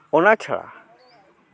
ᱚᱱᱟ ᱪᱷᱟᱲᱟ